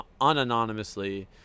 unanonymously